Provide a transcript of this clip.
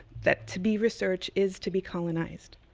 that to be researched is to be colonized.